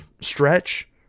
stretch